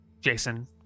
Jason